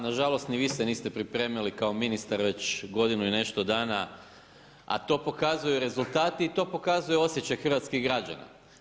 Nažalost, ni vi se niste pripremili, kao ministar već godinu i nešto dana, a to pokazuju rezultati i to pokazuje osjećaj hrvatskih građana.